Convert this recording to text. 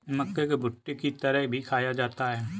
मक्के को भुट्टे की तरह भी खाया जाता है